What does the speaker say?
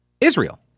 Israel